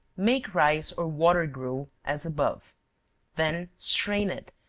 make rice or water gruel, as above then strain it,